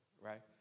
right